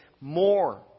more